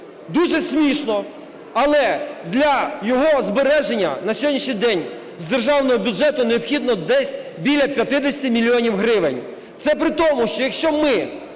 Дуже смішно, але для його збереження на сьогоднішній день з державного бюджету необхідно десь біля 50 мільйонів гривень. Це при тому, що якщо ми